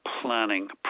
planning